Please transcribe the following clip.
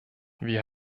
wir